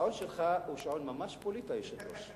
השעון שלך ממש פוליטי, אדוני היושב-ראש.